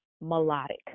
melodic